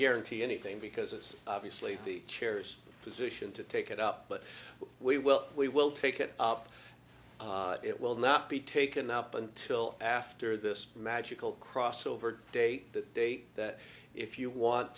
guarantee anything because it's obviously the chairs position to take it up but we will we will take it up it will not be taken up until after this magical crossover date that date that if you want